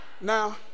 now